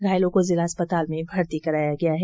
घायलों को जिला अस्पताल में भर्ती कराया गया है